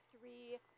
three